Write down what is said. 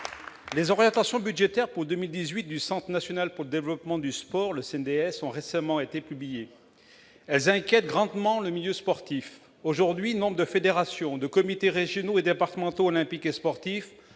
Les orientations budgétaires pour 2018 du Centre national pour le développement du sport, le CNDS, ont été récemment publiées. Elles inquiètent grandement le milieu sportif. Aujourd'hui, nombre de fédérations et de comités régionaux et départementaux olympiques et sportifs